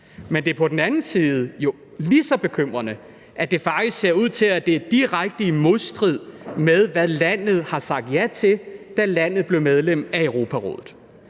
Men det er på den anden side jo lige så bekymrende, at det faktisk ser ud til, at det er i direkte modstrid med, hvad landet har sagt ja til, da landet blev medlem af Europarådet.